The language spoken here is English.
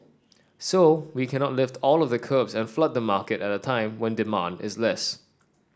so we cannot lift all of the curbs and flood the market at a time when demand is less